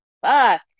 fuck